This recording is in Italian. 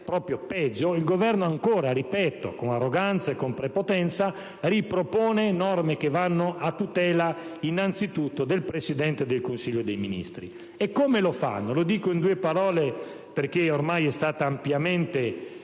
il Governo, con arroganza e prepotenza, ripropone norme che vanno a tutela innanzitutto del Presidente del Consiglio dei ministri. E come lo fanno? Lo dico in due parole perché ormai è stata ampiamente